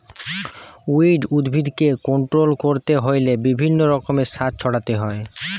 weed উদ্ভিদকে control করতে হইলে বিভিন্ন রকমের সার ছড়াতে হয়